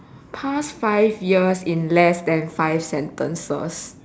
past five years in less than five sentences